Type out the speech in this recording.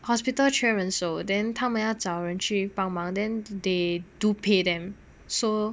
hospital 缺人手 then 他们要找人去帮忙 then they do pay them so